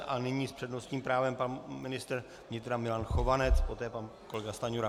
A nyní s přednostním právem pan ministr vnitra Milan Chovanec, poté pan kolega Stanjura.